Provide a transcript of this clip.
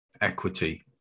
equity